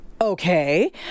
okay